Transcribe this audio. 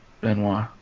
Benoit